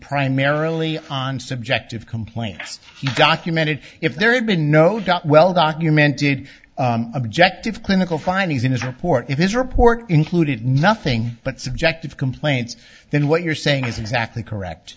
primarily on subjective complaints documented if there had been no doubt well documented objective clinical findings in his report if his report included nothing but subjective complaints then what you're saying is exactly correct